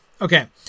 Okay